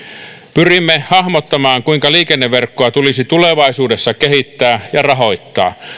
pyrimme hahmottamaan kuinka liikenneverkkoa tulisi tulevaisuudessa kehittää ja rahoittaa